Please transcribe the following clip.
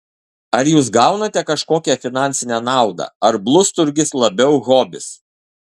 ar jūs gaunate kažkokią finansinę naudą ar blusturgis labiau hobis